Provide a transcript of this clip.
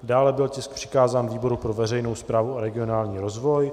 Dále byl tisk přikázán výboru pro veřejnou správu a regionální rozvoj.